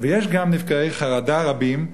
ויש גם נפגעי חרדה רבים.